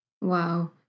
Wow